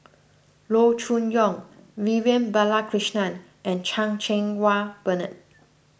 Loo Choon Yong Vivian Balakrishnan and Chan Cheng Wah Bernard